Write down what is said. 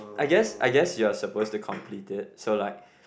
I guess I guess you are supposed to complete it so like